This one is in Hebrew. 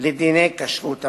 לדיני כשרות המזון.